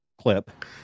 clip